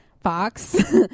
fox